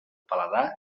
paladar